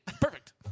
Perfect